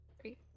three